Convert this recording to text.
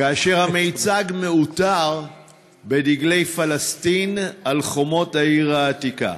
כאשר המיצג מעוטר בדגלי פלסטין על חומות העיר העתיקה.